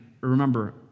remember